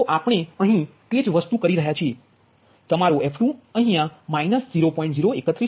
તો આપણે અહીં તે જ વસ્તુ કરી રહ્યા છીએ તમારો f2અહીંયા 0